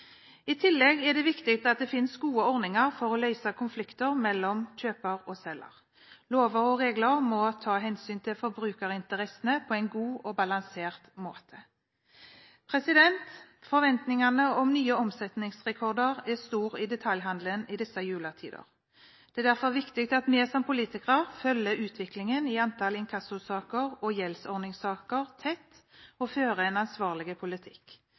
I tillegg er det viktig at det finnes gode ordninger for å løse konflikter mellom kjøper og selger. Lover og regler må ta hensyn til forbrukerinteressene på en god og balansert måte. Forventningen om nye omsetningsrekorder er stor i detaljhandelen i disse juletider. Det er derfor viktig at vi som politikere følger utviklingen i antall inkassosaker og gjeldsordningssaker tett og fører en ansvarlig politikk.